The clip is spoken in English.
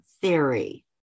theory